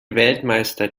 weltmeister